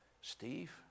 Steve